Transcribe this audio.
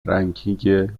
رنکینگ